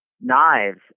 Knives